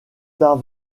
tard